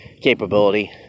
capability